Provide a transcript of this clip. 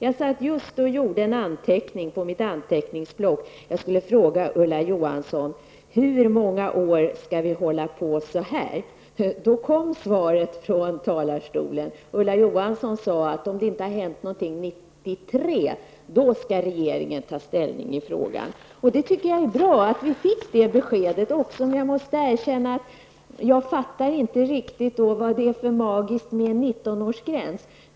Jag satt just och gjorde en anteckning på mitt block om att jag skulle fråga Ulla Johansson hur många år vi skall hålla på så här, då hon från talarstolen lämnade svaret på den frågan; Ulla Johansson sade att om det inte har hänt någonting 1993 skall regeringen ta ställning i frågan om kvotering. Jag tycker att det är bra att vi fick det beskedet, även om jag måste erkänna att jag inte riktigt fattar vad det är för magiskt med en 19-årsgräns.